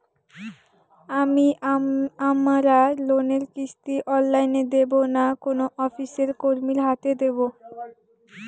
আমি আমার লোনের কিস্তি অনলাইন দেবো না কোনো অফিসের কর্মীর হাতে দেবো?